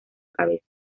cabeza